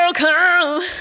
Welcome